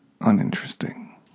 uninteresting